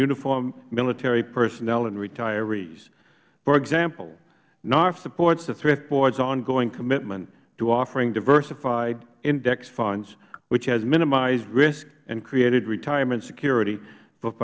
uniformed military personnel and retirees for example narfe supports the thrift board's ongoing commitment to offering diversified index funds which has minimized risk and created retirement security